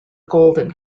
golden